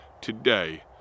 today